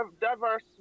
diverse